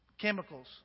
Chemicals